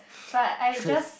but I just